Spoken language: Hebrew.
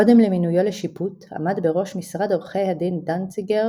קודם למינויו לשיפוט עמד בראש משרד עורכי הדין דנציגר,